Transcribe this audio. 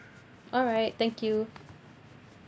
alright thank you